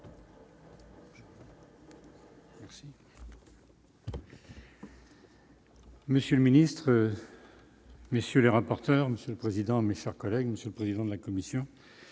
Monsieur le ministre. Messieurs les rapporteurs, monsieur le président, mes chers collègues, monsieur le président de la commission